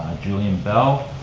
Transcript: julien bell,